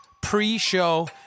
pre-show